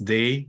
Day